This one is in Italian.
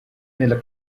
nella